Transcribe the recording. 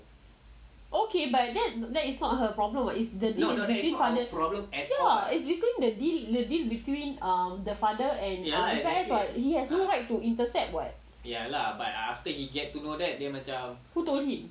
okay but that that is not her problem [what] is the deal ya is the deal between the father and ya you guys [what] like he has no right to intercept [what] who told him